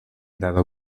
dado